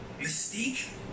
Mystique